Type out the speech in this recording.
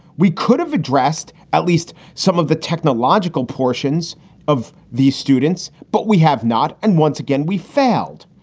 we could have addressed at least some of the technological portions of these students, but we have not. and once again, we failed.